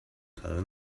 tell